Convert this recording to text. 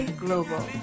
global